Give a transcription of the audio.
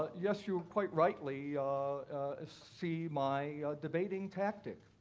yes, you quite rightly see my debating tactic.